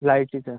लाइटीचं